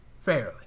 Fairly